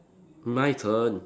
my turn